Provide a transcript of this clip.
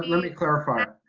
me clarify.